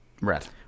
Right